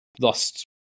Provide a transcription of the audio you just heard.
lost